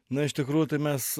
na iš tikrųjų tai mes